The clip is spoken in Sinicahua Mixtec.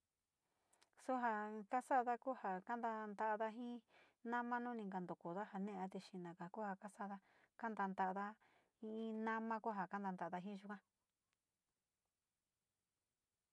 Su jaa kasada ku ja kanantada ji nama nu ni kanta kooda jo ne´e, xi na´aga ku ja kasada kanta´ada ji namia ku ja kamontoda ji yuga.